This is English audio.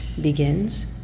begins